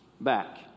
back